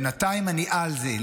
בינתיים אני על זה.